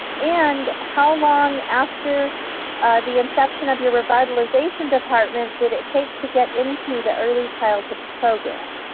and how long after the inception of your revitalization department did it take to get into the early childhood program?